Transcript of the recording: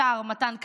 גם לא השר מתן כהנא,